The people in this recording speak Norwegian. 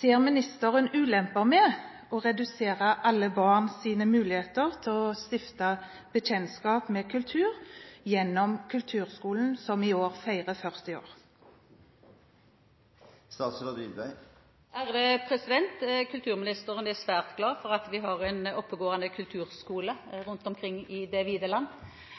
Ser ministeren ulemper med å redusere alle barns muligheter til å stifte bekjentskap med kultur gjennom kulturskolen, som i år feirer 40 år? Kulturministeren er svært glad for at vi har en oppegående